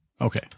Okay